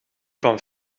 van